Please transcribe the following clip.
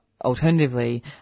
Alternatively